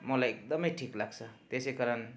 मलाई एकदम ठिक लाग्छ त्यसै कारण